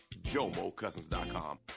JomoCousins.com